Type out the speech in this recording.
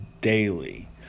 daily